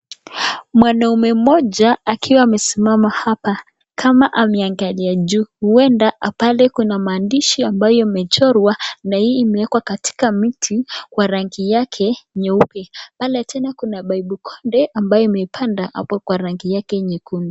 Mwanaume moja akiwa amesimama hapa kama ameangalia juu, huenda pale anaona maandishi ambayo imechorwa na hii imewekwa katika mti wa rangi yake nyeupe, pale chini kuna paipu ndefu ambayo imepanda kwa rangu yake nyekundu.